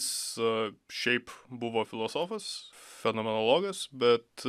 su šiaip buvo filosofas fenomenologas bet